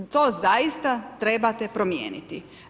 I to zaista trebate promijeniti.